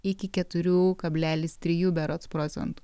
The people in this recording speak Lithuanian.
iki keturių kablelis trijų berods procentų